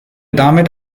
damit